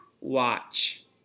watch